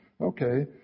Okay